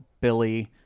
Billy